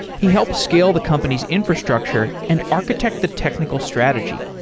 he helped scale the company's infrastructure and architect the technical strategy.